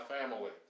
family